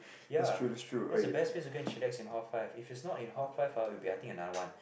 ya that's the best place to go and chillax in hall five if it's not in hall five ah will be I think another one